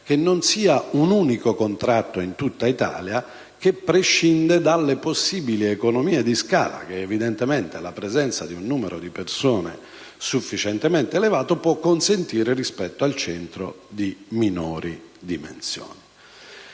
che non ci sia un unico contratto in tutt'Italia che prescinde dalle possibili economie di scala che la presenza di un numero di persone sufficientemente elevato può consentire, rispetto al centro di minori dimensioni.